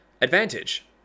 Advantage